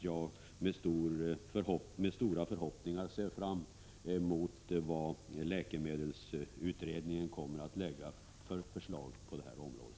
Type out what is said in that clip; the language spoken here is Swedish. Jag ser med stora förhoppningar fram emot läkemedelsutredningens förslag på det här området.